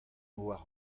war